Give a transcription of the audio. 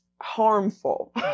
harmful